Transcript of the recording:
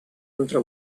entre